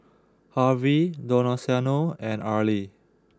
Harvey Donaciano and Arlie